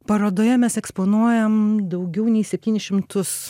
parodoje mes eksponuojam daugiau nei septynis šimtus